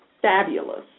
fabulous